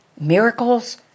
Miracles